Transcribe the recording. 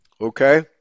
Okay